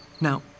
Now